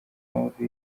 impamvu